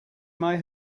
may